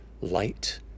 Light